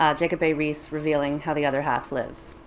ah jacob a. riis, revealing how the other half lives.